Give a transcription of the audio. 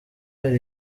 hari